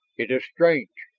it is strange.